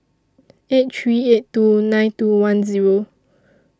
eight three eight two nine two one Zero